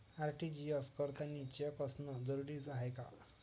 RTGS करतांनी cheque असनं जरुरीच हाय का?